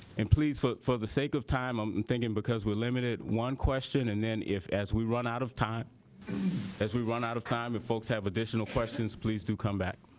and please for for the sake of time i'm and thinking because we're limited one question and then if as we run out of time as we run out of time if folks have additional questions please do come back